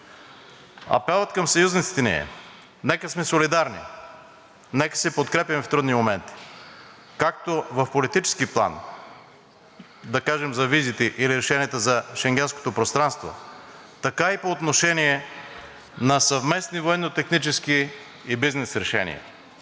Апелът към съюзниците ни е: нека сме солидарни, нека се подкрепяме в трудни моменти както в политически план, да кажем, за визите и решенията за шенгенското пространство, така и по отношение на съвместни военнотехнически и бизнес решения.